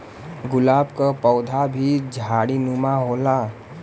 गुलाब क पौधा भी झाड़ीनुमा होला